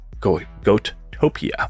Goatopia